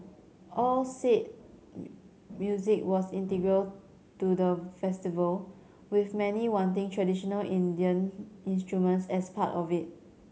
all said music was integral to the festival with many wanting traditional Indian instruments as part of it